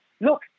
Look